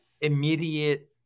immediate